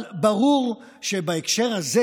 אבל ברור שבהקשר הזה,